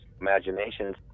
imaginations